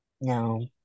No